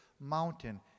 mountain